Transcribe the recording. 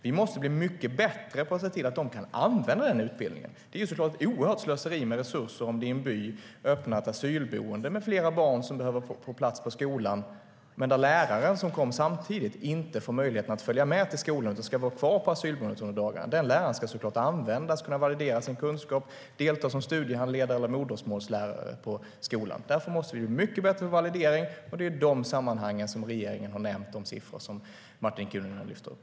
Vi måste bli mycket bättre på att se till att de kan använda sin utbildning. Det är såklart ett oerhört slöseri med resurser om det i en by öppnar ett asylboende med flera barn som behöver få plats på skolan men där läraren, som kom samtidigt, inte får möjlighet att följa med till skolan utan ska vara kvar på asylboendet under dagarna. Den läraren ska såklart användas - läraren ska kunna validera sin kunskap och delta som studiehandledare eller modersmålslärare på skolan. Därför måste vi bli mycket bättre på validering, och det är i de sammanhangen regeringen har nämnt de siffror Martin Kinnunen tar upp.